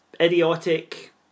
idiotic